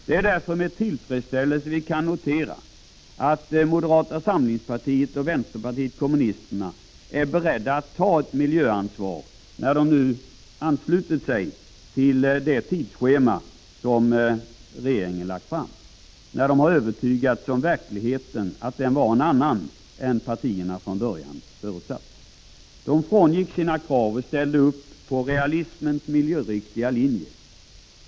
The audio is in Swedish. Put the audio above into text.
Det är därför med tillfredsställelse som vi kan notera att vpk och moderaterna, som anslutit sig till det av regeringen framlagda tidschemat, är beredda att ta ett miljöansvar när de nu övertygats om att verkligheten är en annan än vad partierna från början förutsatte. De frångick sina krav och ställde upp för realismens miljöriktiga linje.